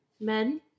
men